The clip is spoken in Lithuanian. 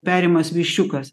perimas viščiukas